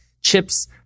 chips